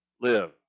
live